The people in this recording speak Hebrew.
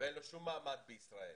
ואין לו שום מעמד בישראל.